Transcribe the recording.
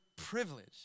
privilege